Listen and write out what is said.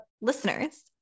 listeners